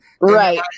right